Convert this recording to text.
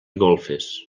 golfes